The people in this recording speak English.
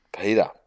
Peter